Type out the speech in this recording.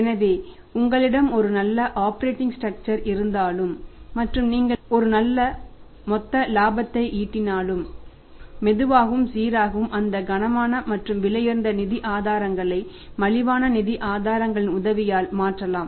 எனவே உங்களிடம் ஒரு நல்ல ஆப்பரேட்டிங் ஸ்ட்ரக்சர் இருந்தால் மற்றும் நீங்கள் ஒரு நல்ல மொத்த இலாபத்தை ஈட்டினால் மெதுவாகவும் சீராகவும் அந்த கனமான மற்றும் விலையுயர்ந்த நிதி ஆதாரங்களை மலிவான நிதி ஆதாரங்களின் உதவியால் மாற்றலாம்